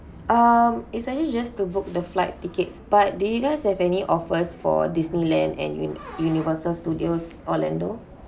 um it's actually just to book the flight tickets but do you guys have any offers for Disneyland and uni~ universal studios orlando